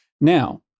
Now